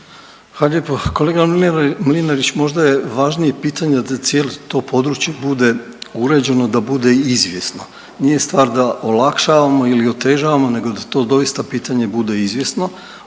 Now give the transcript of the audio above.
lijepo. Kolega Mlinarić možda je važnije pitanje da cijelo to područje bude uređeno da bude izvjesno. Nije stvar da olakšavamo ili otežavamo nego da to doista pitanje bude izvjesno.